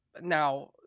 Now